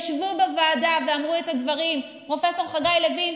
ישבו בוועדה ואמרו את הדברים פרופ' חגי לוין,